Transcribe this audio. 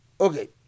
Okay